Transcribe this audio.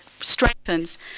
strengthens